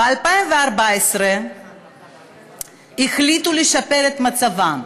ב-2014 החליטו לשפר את מצבם.